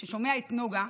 ששומע את נגה,